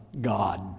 God